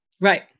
Right